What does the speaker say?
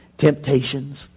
temptations